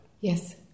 Yes